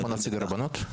יש פה נציג הרבנות?